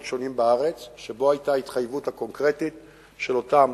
שונים בארץ שבהם היתה התחייבות קונקרטית של אותם